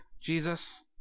Jesus